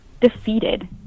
defeated